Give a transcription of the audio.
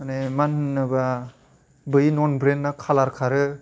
माने मानो होनोबा बै नन ब्रेन्डआ खालार खारो